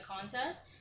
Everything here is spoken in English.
contest